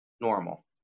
normal